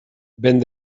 vent